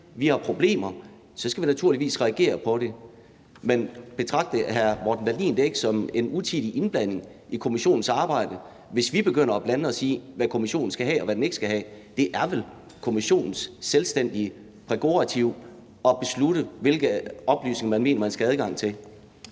Vi har problemer, så skal vi naturligvis reagere på det. Men betragter hr. Morten Dahlin det ikke som en utidig indblanding i kommissionens arbejde, hvis vi begynder at blande os i, hvad kommissionen skal have, og hvad den ikke skal have? Det er vel kommissionens selvstændige prærogativ at beslutte, hvilke oplysninger man mener man skal have adgang til?